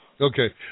Okay